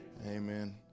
Amen